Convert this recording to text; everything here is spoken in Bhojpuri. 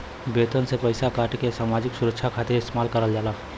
वेतन से पइसा काटके सामाजिक सुरक्षा खातिर इस्तेमाल करल जाला